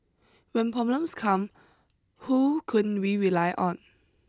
when problems come who can we rely on